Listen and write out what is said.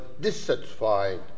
dissatisfied